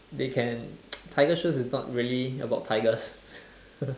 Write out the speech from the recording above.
they can tiger shows is not really about tigers